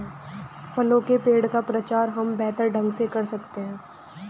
फलों के पेड़ का प्रचार हम बेहतर ढंग से कर सकते हैं